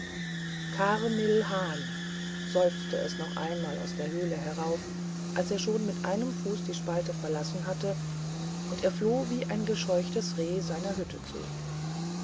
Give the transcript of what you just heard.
carmilhan seufzte es noch einmal aus der höhle herauf als er schon mit einem fuß die spalte verlassen hatte und er floh wie ein gescheuchtes reh seiner hütte zu